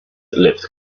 lived